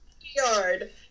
Yard